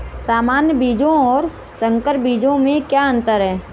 सामान्य बीजों और संकर बीजों में क्या अंतर है?